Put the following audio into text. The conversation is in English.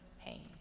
pain